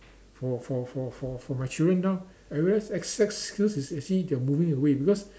for for for for for my children now I realise Excel skill is actually they are moving away because